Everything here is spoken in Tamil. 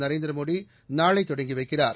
நரேந்திர மோடி நாளை தொடங்கி வைக்கிறார்